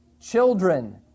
children